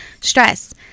stress